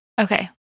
Okay